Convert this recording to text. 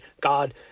God